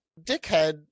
dickhead